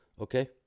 okay